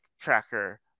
tracker